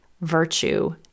virtue